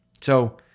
So-